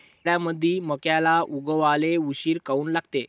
हिवाळ्यामंदी मक्याले उगवाले उशीर काऊन लागते?